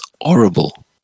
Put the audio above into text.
horrible